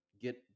get